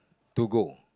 to go